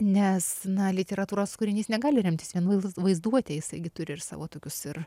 nes na literatūros kūrinys negali remtis vien vaizduote jisai gi turi ir savo tokius ir